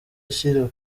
ashyira